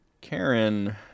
Karen